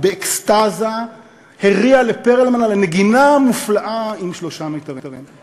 ובאקסטזה הריע לפרלמן על הנגינה המופלאה עם שלושה מיתרים.